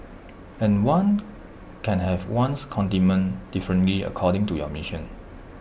and one can have one's contentment differently according to your mission